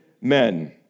men